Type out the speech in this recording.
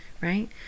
Right